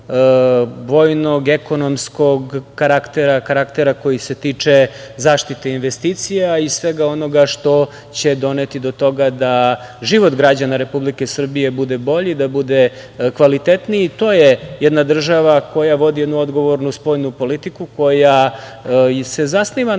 vojnog, ekonomskog karaktera, karaktera koji se tiče zaštite investicija i svega onoga što će doneti do toga da život građana Republike Srbije bude bolji, da bude kvalitetniji. To je jedna država koja vodi jednu odgovornu spoljnu politiku, koja je se zasniva na